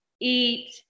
Eat